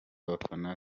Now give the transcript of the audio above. abafana